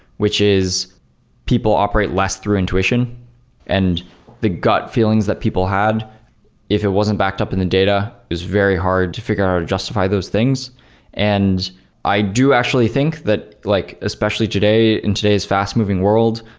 which is people operate less through intuition and the gut feelings that people had if it wasn't backed up in the data was very hard to figure out to justify those things and i do actually think that like especially today, in today's fast-moving world,